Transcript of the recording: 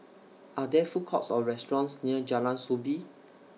Are There Food Courts Or restaurants near Jalan Soo Bee